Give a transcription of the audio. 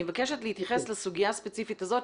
אני מבקשת להתייחס לסוגיה הספציפית הזאת,